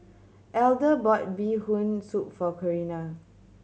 Elder bought Bee Hoon Soup for Carina